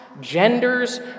Genders